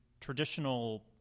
traditional